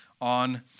on